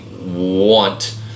want